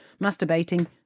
masturbating